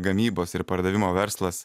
gamybos ir pardavimo verslas